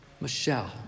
Michelle